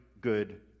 good